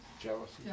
Jealousy